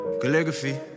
Calligraphy